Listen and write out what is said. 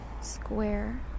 square